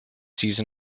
season